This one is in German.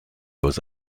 aus